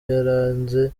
yarenze